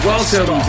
Welcome